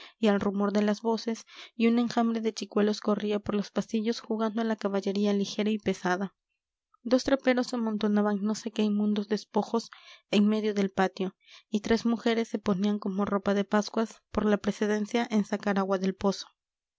y al rumor de las voces y un enjambre de chicuelos corría por los pasillos jugando a la caballería ligera y pesada dos traperos amontonaban no sé qué inmundos despojos en medio del patio y tres mujeres se ponían como ropa de pascuas por la precedencia en sacar agua del pozo